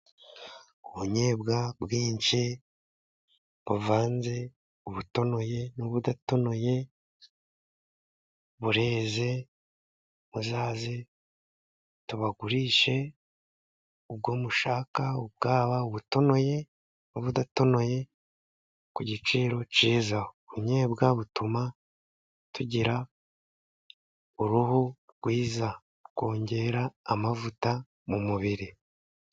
Ubunyobwa bwinshi buvanze ubutonoye n'ubudatonoye bureze. Muzaze tubagurishe ubwo mushaka, bwaba ubutunomeye n' ubudatonoye ku giciro cyiza. Ubunyobwa butuma tugira uruhu rwiza, rwongera amavuta mu mubiri.